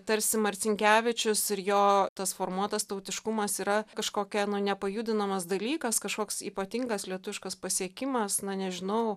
tarsi marcinkevičius ir jo tas formuotas tautiškumas yra kažkokia nepajudinamas dalykas kažkoks ypatingas lietuviškas pasiekimas na nežinau